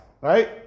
Right